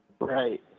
Right